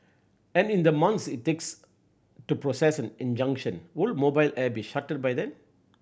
and in the months it takes to process an injunction would Mobile Air be shuttered by then